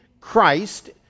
Christ